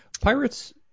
Pirates